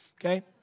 Okay